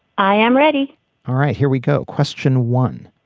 i am ready all right. here we go. question one.